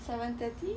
seven thirty